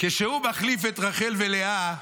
כשהוא מחליף את רחל ולאה,